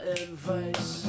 advice